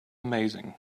amazing